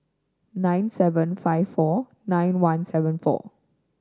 nine seven five four one nine seven four